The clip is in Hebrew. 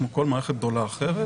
כמו כל מערכת גדולה אחרת,